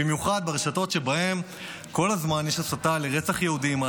במיוחד ברשתות שבהן יש הסתה לרצח יהודים כל הזמן,